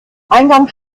eingangs